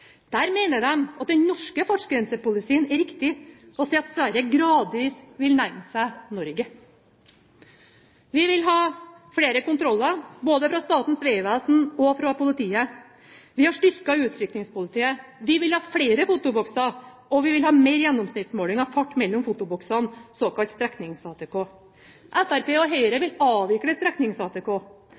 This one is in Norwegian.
Der mener de at den norske fartsgrensepolicyen er riktig – og sier at Sverige gradvis vil nærme seg Norge. Vi vil ha flere kontroller, både fra Statens vegvesen og fra politiet. Vi har styrket Utrykningspolitiet, vi vil ha flere fotobokser, og vi vil ha mer gjennomsnittsmåling av fart mellom fotobokser, såkalt streknings-ATK. Fremskrittspartiet og Høyre vil avvikle